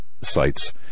sites